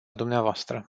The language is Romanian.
dumneavoastră